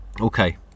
Okay